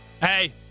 hey